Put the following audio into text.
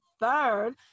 third